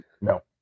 No